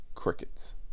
crickets